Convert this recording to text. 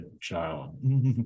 child